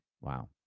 Wow